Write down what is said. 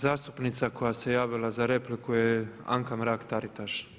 Zastupnica koja se javila za repliku je Anka Mrak Taritaš.